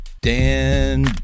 Dan